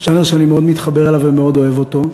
ז'אנר שאני מאוד מתחבר אליו ומאוד אוהב אותו.